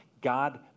God